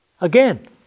Again